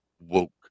woke